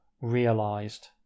realised